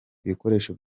ibikoresho